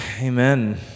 Amen